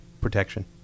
protection